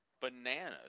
bananas